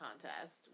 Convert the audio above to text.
contest